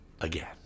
Again